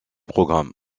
programmes